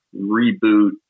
reboot